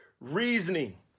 reasoning